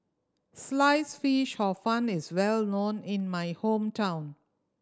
Sliced Fish Hor Fun is well known in my hometown